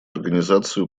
организаций